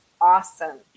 awesome